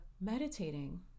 meditating